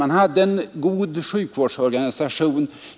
Man hade en god sjukvårdsorganisation.